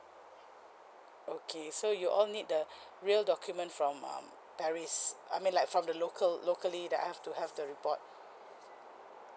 okay so you all need the real document from um paris I mean like from the local locally that I have to have the report